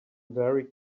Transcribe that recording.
very